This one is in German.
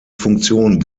funktion